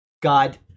God